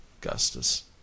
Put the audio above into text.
Gustus